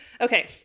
Okay